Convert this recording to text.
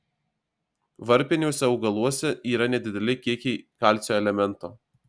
varpiniuose augaluose yra nedideli kiekiai kalcio elemento